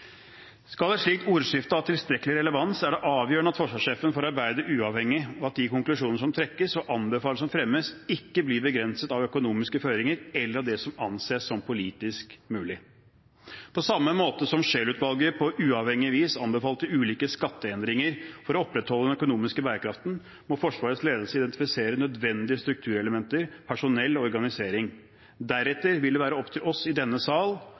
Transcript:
Skal et slikt ordskifte ha tilstrekkelig relevans, er det avgjørende at forsvarssjefen får arbeide uavhengig, og at de konklusjoner som trekkes, og anbefalinger som fremmes, ikke blir begrenset av økonomiske føringer eller av det som anses som politisk mulig. På samme måte som Scheel-utvalget på uavhengig vis anbefalte uavhengige skatteendringer for å opprettholde den økonomiske bærekraften, må Forsvarets ledelse identifisere nødvendige strukturelementer, personell og organisering. Deretter vil det være opp til oss i denne sal